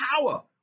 power